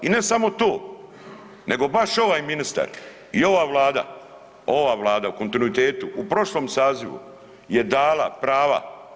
I ne samo to, nego baš ovaj ministar i ova Vlada, ova Vlada u kontinuitetu u prošlom sazivu je dala prava.